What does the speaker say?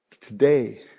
today